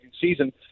season